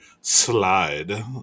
slide